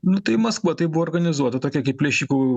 nu tai maskva tai buvo organizuota tokia kaip plėšikų